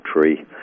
tree